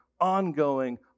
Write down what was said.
ongoing